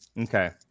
Okay